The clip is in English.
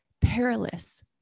perilous